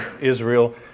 Israel